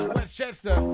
Westchester